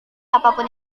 apapun